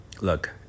look